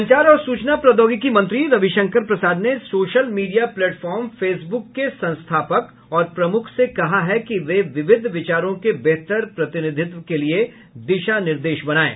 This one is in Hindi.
संचार और सूचना प्रौद्योगिकी मंत्री रवि शंकर प्रसाद ने सोशल मीडिया प्लेटफॉर्म फेसबुक के संस्थापक और प्रमुख से कहा है कि वे विविध विचारों के बेहतर प्रतिनिधित्व के लिए दिशा निर्देश बनाएं